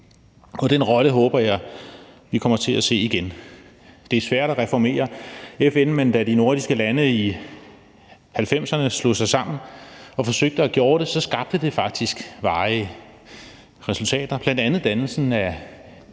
og den rolle håber jeg vi kommer til at spille igen. Det er svært at reformere FN, men da de nordiske lande i 1990'erne slog sig sammen og forsøgte at gøre det, skabte det faktisk varige resultater, bl.a. dannelsen af